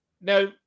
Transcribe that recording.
Now